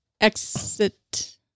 Exit